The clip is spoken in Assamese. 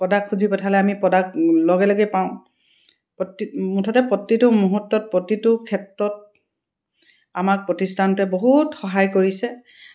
প্ৰডাক্ট খুজি পঠালে আমি প্ৰডাক্ট লগে লগেই পাওঁ প্ৰতি মুঠতে প্ৰতিটো মুহূৰ্তত প্ৰতিটো ক্ষেত্ৰত আমাক প্ৰতিষ্ঠানটোৱে বহুত সহায় কৰিছে